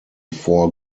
four